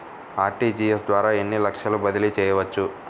RTGS ద్వారా ఎన్ని లక్షలు బదిలీ చేయవచ్చు?